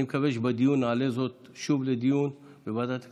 אני מקווה שנעלה זאת שוב לדיון בוועדת הכספים,